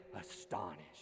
astonished